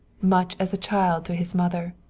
much as a child to his mother.